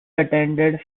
attended